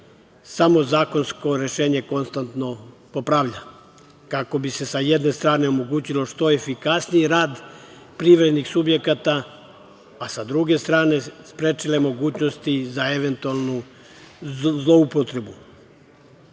samo zakonsko rešenje konstantno popravlja kako bi se sa jedne strane omogućio što efikasniji rad privrednih subjekata, a sa druge strane sprečile mogućnosti za eventualnu zloupotrebu.U